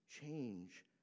change